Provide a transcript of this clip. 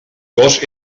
cos